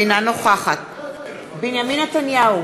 אינה נוכחת בנימין נתניהו,